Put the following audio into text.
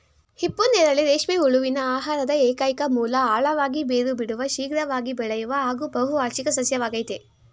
ಹಿಪ್ಪುನೇರಳೆ ರೇಷ್ಮೆ ಹುಳುವಿನ ಆಹಾರದ ಏಕೈಕ ಮೂಲ ಆಳವಾಗಿ ಬೇರು ಬಿಡುವ ಶೀಘ್ರವಾಗಿ ಬೆಳೆಯುವ ಹಾಗೂ ಬಹುವಾರ್ಷಿಕ ಸಸ್ಯವಾಗಯ್ತೆ